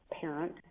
parent